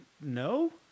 No